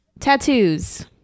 Tattoos